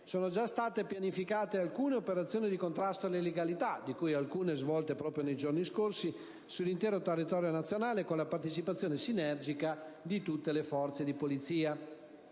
sono già state pianificate alcune operazioni di contrasto all'illegalità (di cui alcune svolte proprio nei giorni scorsi), sull'intero territorio nazionale, con la partecipazione sinergica di tutte le forze di polizia.